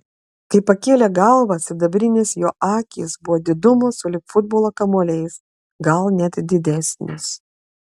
kai pakėlė galvą sidabrinės jo akys buvo didumo sulig futbolo kamuoliais gal net didesnės